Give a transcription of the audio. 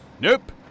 Nope